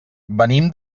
venim